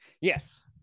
Yes